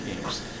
games